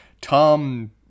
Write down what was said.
Tom